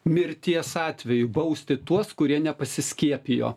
mirties atveju bausti tuos kurie nepasiskiepijo